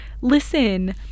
listen